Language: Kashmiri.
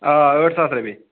آ آٹھ ساس رۄپیہِ